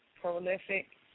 prolific